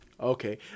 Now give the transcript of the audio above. Okay